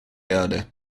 erde